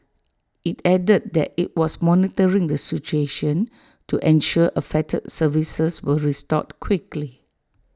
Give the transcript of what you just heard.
IT added that IT was monitoring the situation to ensure affected services were restored quickly